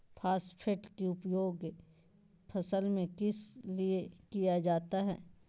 Phosphate की उपयोग फसल में किस लिए किया जाता है?